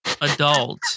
adult